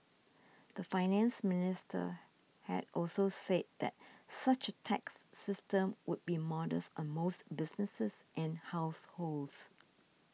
the Finance Minister had also said that such a tax system would be modest on most businesses and households